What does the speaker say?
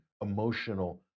emotional